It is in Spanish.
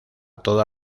toda